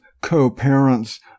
co-parents